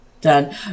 done